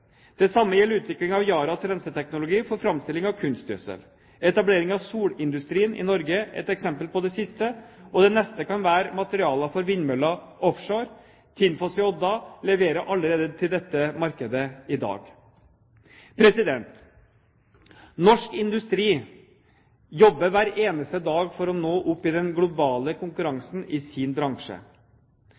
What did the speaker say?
Det samme gjelder utviklingen av Yaras renseteknologi for framstilling av kunstgjødsel. Etablering av solindustrien i Norge er et eksempel på det siste, og det neste kan være materialer for vindmøller offshore. Tinfos i Odda leverer allerede til dette markedet i dag. Norsk industri jobber hver eneste dag for å nå opp i den globale konkurransen i sin bransje.